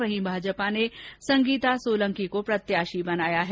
वहीं भाजपा ने संगीता सोलंकी को प्रत्याशी बनाया है